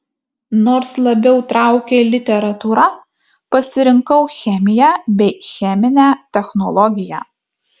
nors labiau traukė literatūra pasirinkau chemiją bei cheminę technologiją